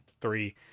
three